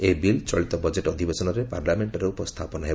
ଏହି ବିଲ୍ ଚଳିତ ବଜେଟ୍ ଅଧିବେଶନରେ ପାର୍ଲାମେଷ୍ଟରେ ଉପସ୍ଥାପନ ହେବ